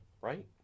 right